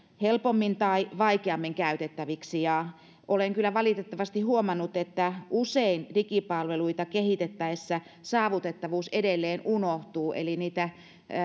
helpommin tai vaikeammin käytettäviksi olen kyllä valitettavasti huomannut että usein digipalveluita kehitettäessä saavutettavuus edelleen unohtuu eli niitä